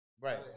Right